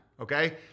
Okay